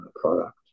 product